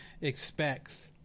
expects